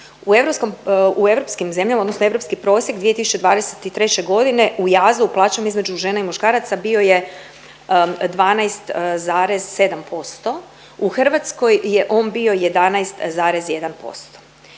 u europskim zemljama odnosno europski prosjek 2023. godine u jazu u plaćama između žene i muškaraca bio je 12,7%, u Hrvatskoj je on bio 11,1%.